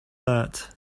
that